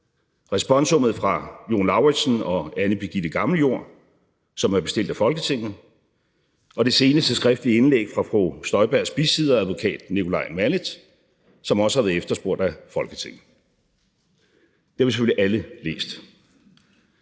responsummet fra Jon Lauritzen og Anne Birgitte Gammeljord, som er bestilt af Folketinget, og det seneste skriftlige indlæg fra fru Inger Støjbergs bisidder, advokat Nicolai Mallet, som også har været efterspurgt af Folketinget. Det har vi selvfølgelig alle læst.